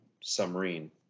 submarine